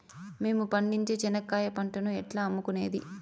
మేము పండించే చెనక్కాయ పంటను ఎట్లా అమ్ముకునేది?